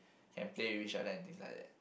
can play with each other and things like that